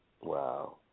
Wow